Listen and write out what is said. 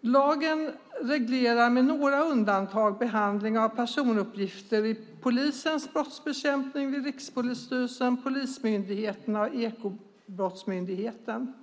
Lagen reglerar med några undantag behandling av personuppgifter i polisens brottsbekämpning vid Rikspolisstyrelsen, polismyndigheterna och Ekobrottsmyndigheten.